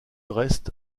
reste